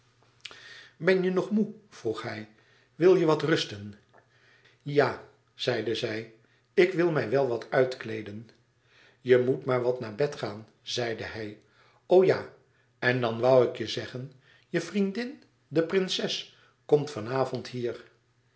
ben je nog moê vroeg hij wil je wat rusten ja zeide zij ik wil mij wel wat uitkleeden je moet maar wat naar bed gaan zeide hij o ja en dan woû ik je zeggen je vriendin de prinses komt van avond hier